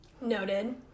Noted